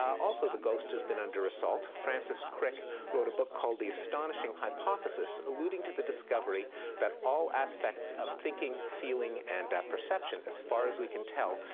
also the ghost has been under assault, francis crick wrote a book called the astonishing hypothesis, alluding to the discovery that all aspects of thinking, feeling, and perception, as far as we can tell,